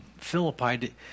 Philippi